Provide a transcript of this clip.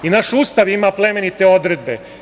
Naš Ustav ima plemenite odredbe.